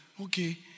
Okay